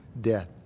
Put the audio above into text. death